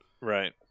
right